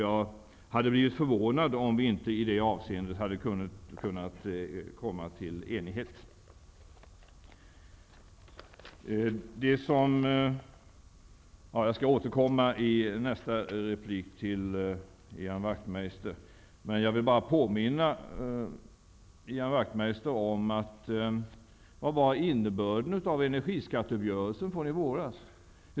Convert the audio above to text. Jag hade blivit förvånad om vi inte hade kunnat komma till enighet i det avseendet. Jag skall återkomma till Ian Wachtmeister i nästa replik. Jag vill bara påminna Ian Wachtmeister om innebörden av energiskatteuppgörelsen från i våras.